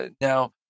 Now